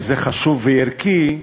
וזה חשוב וערכי,